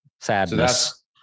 sadness